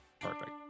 perfect